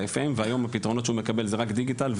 והיום הפתרונות שהוא מקבל זה רק בדיגיטל,